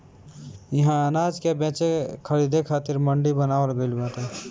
इहा अनाज के बेचे खरीदे खातिर मंडी बनावल गइल बाटे